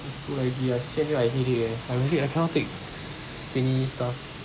it's too laggy I sit here I headache eh I really I cannot take spinny stuff